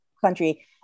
country